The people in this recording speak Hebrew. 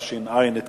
התש"ע 2010, נתקבל.